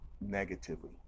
Negatively